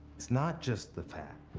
it's not just the fat.